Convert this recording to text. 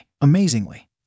Amazingly